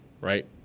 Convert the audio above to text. Right